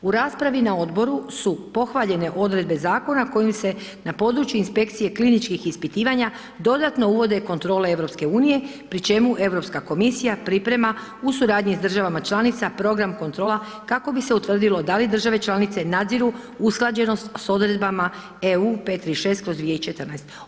U raspravu na odboru su pohvaljene odredbe zakona kojim se na području inspekcije kliničkih ispitivanja dodatno uvode i kontrole EU-a pri čemu Europska komisija priprema u suradnji sa državama članica program kontrola kako bi se utvrdilo da li države članice nadziru usklađenost sa odredbama EU 536/2014.